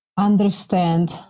Understand